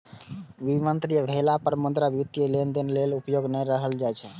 विमुद्रीकरण भेला पर मुद्रा वित्तीय लेनदेन लेल उपयोगी नै रहि जाइ छै